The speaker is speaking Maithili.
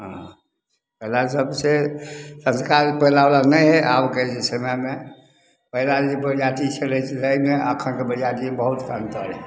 हँ एकरा सबसे पहिलावला संस्कार नहि हइ आबके जे समयमे पहिला जे बरिआती छलै एहिमे आ अखनके बरिआतीमे बहुतके अन्तर हइ